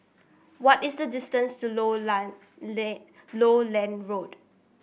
what is the distance to Lowland Road